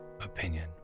opinion